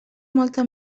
molta